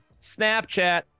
Snapchat